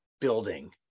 building